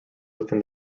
within